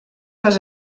les